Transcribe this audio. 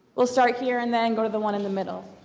we'll start here and then go to the one in the middle.